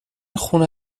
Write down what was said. خونه